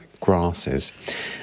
grasses